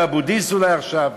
באבו-דיס אולי עכשיו,